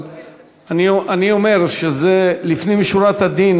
אבל אני אומר שזה לפנים משורת הדין,